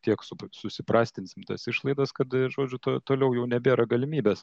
tiek su susiprastinsim tas išlaidas kad žodžiu to toliau jau nebėra galimybės